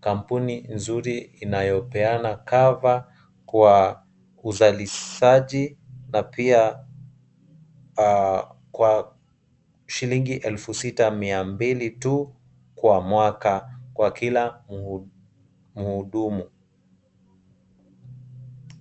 kampuni nzuri inayopeana [cover] kwa uzalishaji na pia kwa shilingi elfu sita mia mbili tu kwa mwaka kwa kila muhudumu.